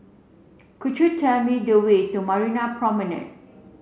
could you tell me the way to Marina Promenade